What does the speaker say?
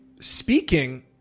speaking